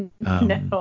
No